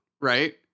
right